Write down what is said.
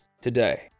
today